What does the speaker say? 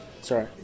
Sorry